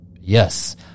Yes